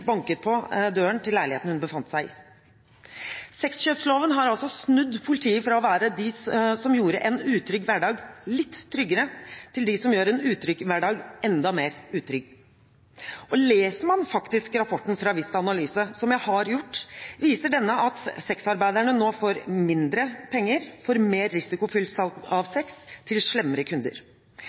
på døren til leiligheten hun befant seg i. Sexkjøpsloven har altså snudd politiet fra å være noen som gjorde en utrygg hverdag litt tryggere, til noen som gjør en utrygg hverdag enda mer utrygg. Leser man rapporten fra Vista Analyse, som jeg har gjort, viser denne at sexarbeiderne nå får mindre penger for mer risikofylt salg av sex til slemmere kunder.